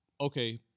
okay